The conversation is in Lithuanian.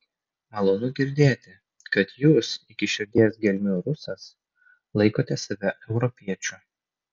malonu girdėti kad jūs iki širdies gelmių rusas laikote save europiečiu